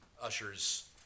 ushers